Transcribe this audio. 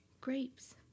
Grapes